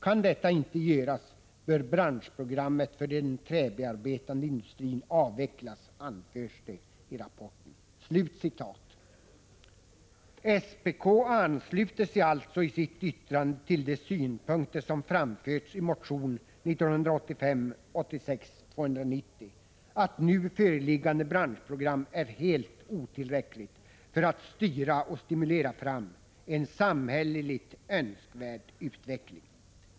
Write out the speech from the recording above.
Kan detta inte göras bör branschprogrammet för den träbearbetande industrin avvecklas, anförs det i rapporten.” SPK ansluter sig alltså i sitt yttrande till de synpunkter som framförs i motion 1985/86:290 om att nu föreliggande branschprogram är helt otillräckligt för att styra och stimulera fram en samhälleligt önskvärd utveckling.